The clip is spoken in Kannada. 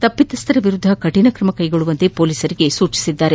ತಪ್ಪಿತಸ್ದರ ವಿರುದ್ದ ಕಠಿಣ ಕ್ರಮಕ್ಕೆಗೊಳ್ಳುವಂತೆ ಪೊಲೀಸರಿಗೆ ಸೂಚನೆ ನೀಡಿದ್ದಾರೆ